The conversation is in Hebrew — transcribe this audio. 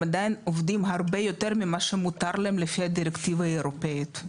הם עדיין עובדים הרבה יותר ממה שמותר להם לפי הדירקטיבה האירופאית.